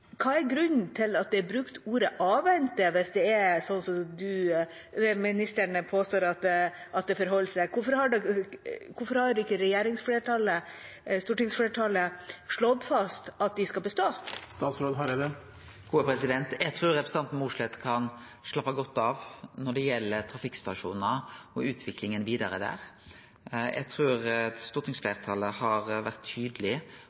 hva er grunnen til at man har brukt ordet «avvente», hvis det er slik som ministeren påstår at det forholder seg? Hvorfor har ikke stortingsflertallet slått fast at de skal bestå? Eg trur representanten Mossleth kan slappe godt av når det gjeld trafikkstasjonar og utviklinga vidare der. Eg trur